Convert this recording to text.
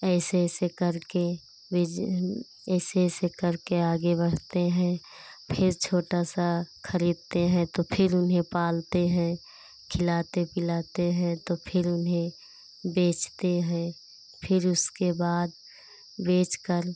ऐसे ऐसे करके बिज ऐसे ऐसे करके आगे बढ़ते हैं फिर छोटा सा खरीदते हैं तो फिर उन्हें पालते हैं खिलाते पिलाते हैं तो फिर उन्हें बेचते हैं फिर उसके बाद बेचकर